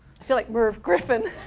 feel like merv griffin.